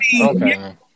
Okay